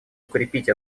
укрепить